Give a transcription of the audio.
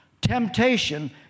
Temptation